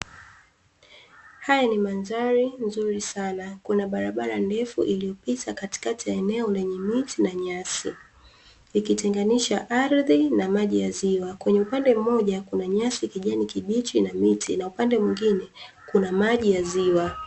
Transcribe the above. Haya ni mandhari nzuri sana. Kuna barabara ndefu iliyopita katikati ya eneo lenye miti na nyasi, ikitenganisha ardhi na maji ya ziwa. Kwenye upande mmoja kuna nyasi kijani kibichi na miti na upande mwingine kuna maji ya ziwa.